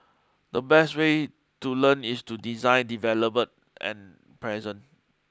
the best way to learn is to design develop and present